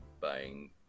buying